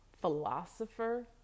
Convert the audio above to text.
philosopher